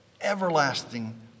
Everlasting